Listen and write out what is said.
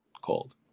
called